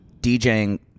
DJing